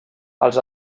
els